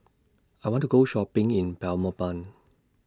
I want to Go Shopping in Belmopan